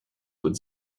would